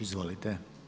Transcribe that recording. Izvolite.